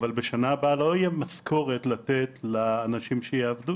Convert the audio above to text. אבל בשנה הבאה לא תהיה משכורת לתת לאנשים שיעבדו